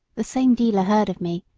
the same dealer heard of me,